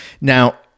Now